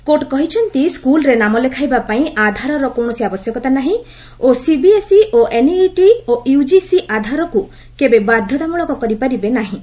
court କହିଛନ୍ତି ସ୍କୁଲ୍ରେ ନାମ ଲେଖାଇବାପାଇଁ ଆଧାରର କୌଣସି ଆବଶ୍ୟକତା ନାହିଁ ଓ ସିବିଏସ୍ଇ ଓ ଏନ୍ଇଇଟି ଓ ୟୁଜିସି ଆଧାରକୁ କେବେ ବାଧ୍ୟତାମୂଳକ କରିପାରିବେ ନାହିଁ